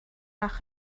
nach